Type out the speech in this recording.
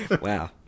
Wow